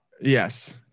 yes